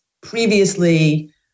previously